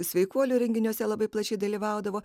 sveikuolių renginiuose labai plačiai dalyvaudavo